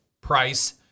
price